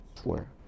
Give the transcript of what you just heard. swear